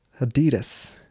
Adidas